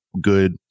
good